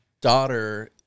daughter